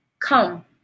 come